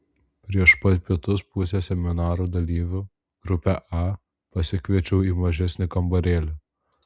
prieš pat pietus pusę seminaro dalyvių grupę a pasikviečiau į mažesnį kambarėlį